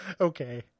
okay